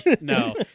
No